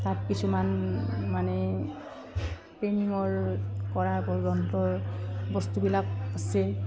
তাত কিছুমান মানে বস্তুবিলাক আছে